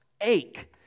ache